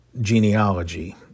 genealogy